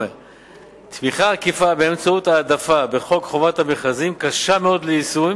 תמיכה עקיפה באמצעות העדפה בחוק חובת המכרזים קשה מאוד ליישום